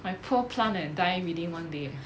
my poor plant eh die within one day eh